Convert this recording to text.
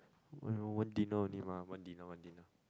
one one dinner only mah one dinner one dinner